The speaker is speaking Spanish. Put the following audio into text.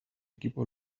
equipo